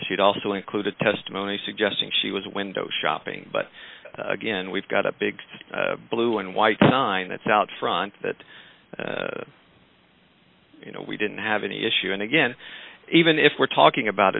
she'd also include the testimony suggesting she was a window shopping but again we've got a big blue and white sign that's out front that you know we didn't have any issue and again even if we're talking about a